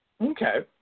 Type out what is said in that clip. Okay